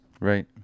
Right